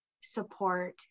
support